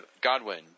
Godwin